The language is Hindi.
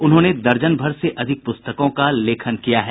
उन्होंने दर्जन भर से अधिक पुस्तकों का लेखन किया है